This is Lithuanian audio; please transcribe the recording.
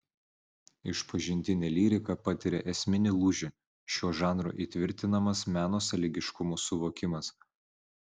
išpažintinė lyrika patiria esminį lūžį šiuo žanru įtvirtinamas meno sąlygiškumo suvokimas